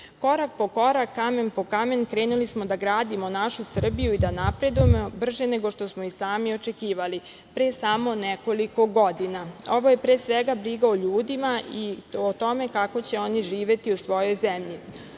po korak, kamen po kamen, krenuli smo da gradimo našu Srbiju i da napredujemo brže nego što smo i sami očekivali pre samo nekoliko godina. Ovo je pre svega briga o ljudima i o tome kako će oni živeti u svojoj zemlji.